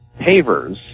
pavers